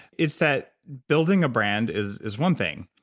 it's that building a brand is is one thing,